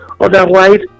Otherwise